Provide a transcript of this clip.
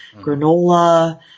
granola